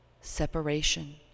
separation